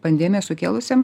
pandemiją sukėlusiam